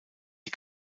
die